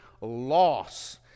loss